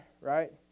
right